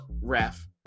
Ref